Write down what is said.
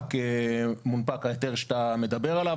מונפק ההיתר שאתה מדבר עליו.